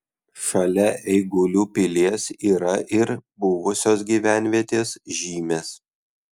šalia eigulių pilies yra ir buvusios gyvenvietės žymės